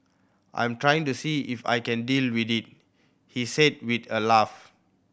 I'm trying to see if I can deal with it he said with a laugh